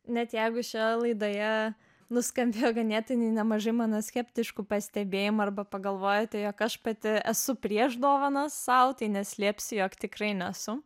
net jeigu šioje laidoje nuskambėjo ganėtinai nemažai gana mano skeptiškų pastebėjimų arba pagalvojate jog aš pati esu prieš dovanas sau tai neslėpsiu jog tikrai nesu